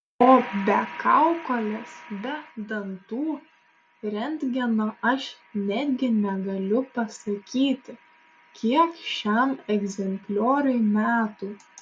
o be kaukolės be dantų rentgeno aš netgi negaliu pasakyti kiek šiam egzemplioriui metų